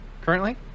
currently